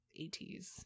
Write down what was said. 80s